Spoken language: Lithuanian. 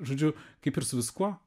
žodžiu kaip ir su viskuo